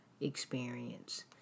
experience